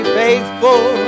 faithful